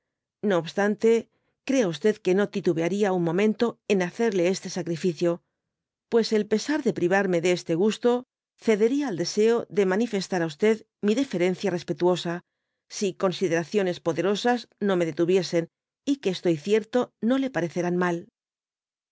no obstante crea g que no titubearía un momento en hacerle este sacrificio pues el pesar de privarme de este gusto cedería al deseo de manifestar á mi defencia respetuosa si consideraciones podci'osas no me detuviesen y que estoy cierto no le parecerán mal